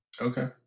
Okay